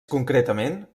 concretament